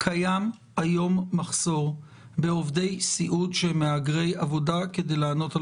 קיים היום מחסור בעובדי סיעוד שהם מהגרי עבודה כדי לענות על